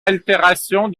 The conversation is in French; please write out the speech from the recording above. altération